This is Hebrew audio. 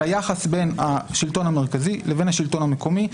של היחס בין השלטון המרכזי לבין השלטון המקומי.